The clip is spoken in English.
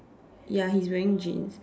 ya he's wearing jeans